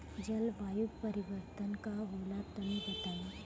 जलवायु परिवर्तन का होला तनी बताई?